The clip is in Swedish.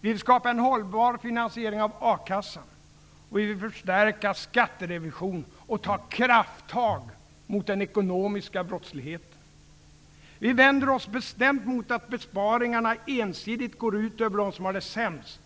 Vi vill skapa en hållbar finansiering av a-kassan. Vi vill förstärka skatterevisionen och ta krafttag mot den ekonomiska brottsligheten. Vi vänder oss bestämt mot att besparingarna ensidigt går ut över dem som har det sämst,